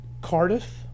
Cardiff